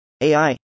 AI